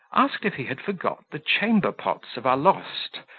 asked if he had forgot the chamber-pots of alost,